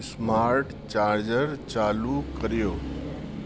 smart charger चालू करियो